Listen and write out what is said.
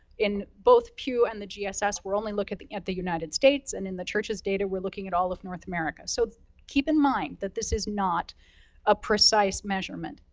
in both pew and the gss we're only looking at the at the united states, and in the churches data we're looking at all of north america. so keep in mind, that this is not a precise measurement.